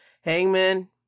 Hangman